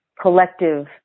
collective